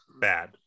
bad